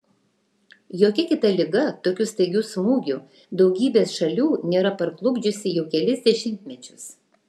jokia kita liga tokiu staigiu smūgiu daugybės šalių nėra parklupdžiusi jau kelis dešimtmečius